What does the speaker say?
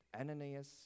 Ananias